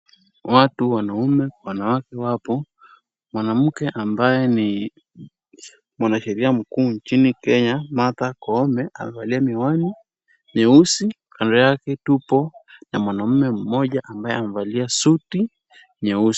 Watu wanaume wanawake wapo. Mwanamke ambaye ni mwanasheria mkuu nchini Kenya Martha Koome, amevalia miwani nyeusi. Kando yake tuko na mwanamke mmoja ambaye amevalia suti nyeusi.